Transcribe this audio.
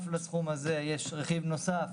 לסכום הזה יש רכיב נוסף,